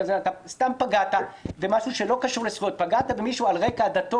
גזע או מין אלא סתם פגעת במשהו שלא קשור לזכויות פגעת במישהו על דתו,